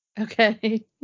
Okay